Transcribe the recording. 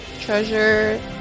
Treasure